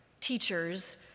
teachers